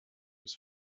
was